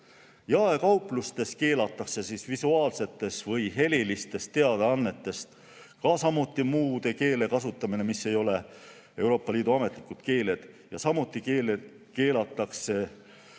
Jaekauplustes keelatakse visuaalsetes või helilistes teadaannetes samuti muude keelte kasutamine, mis ei ole Euroopa Liidu ametlikud keeled. Samuti keelatakse